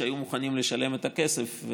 הפעולות האלה,